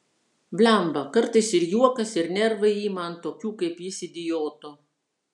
blemba kartais ir juokas ir nervai ima ant tokių kaip jis idiotų